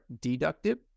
deductive